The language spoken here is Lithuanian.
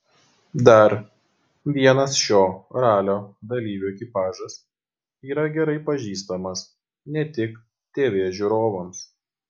dar vienas šio ralio dalyvių ekipažas yra gerai pažįstamas ne tik tv žiūrovams